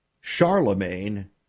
Charlemagne